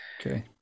Okay